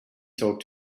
talk